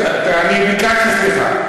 אני ביקשתי סליחה.